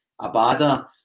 Abada